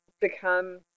become